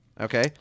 Okay